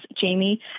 Jamie